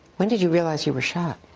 when did you realize you were shot?